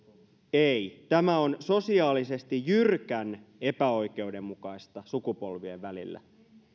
ei tämä on sosiaalisesti jyrkän epäoikeudenmukaista sukupolvien välillä